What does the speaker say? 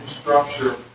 structure